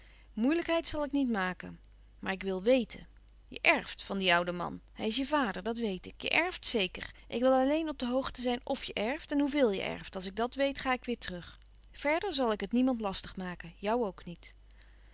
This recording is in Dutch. moeilijkheid zal ik niet maken maar ik wil weten je erft van dien ouden man hij is je vader dat weet ik je erft zeker ik wil alleen op de hoogte zijn f je erft en hoeveel je erft als ik dat weet ga ik weêr terug verder zal ik het niemand lastig maken jou ook niet